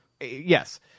yes